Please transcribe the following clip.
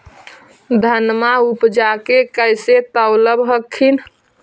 धनमा उपजाके कैसे तौलब हखिन?